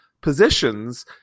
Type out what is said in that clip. positions